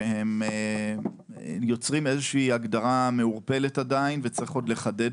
שיוצרים עדיין הגדרה מעורפלת שצריך לחדד.